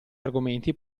argomenti